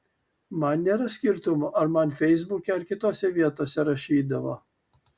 man nėra skirtumo ar man feisbuke ar kitose vietose rašydavo